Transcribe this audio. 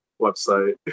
website